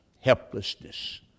helplessness